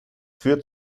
führt